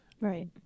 Right